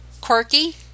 quirky